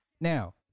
Now